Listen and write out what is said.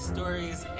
stories